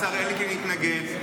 השר אלקין התנגד.